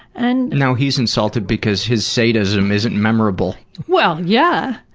and now he is insulted because his sadism isn't memorable. well, yeah!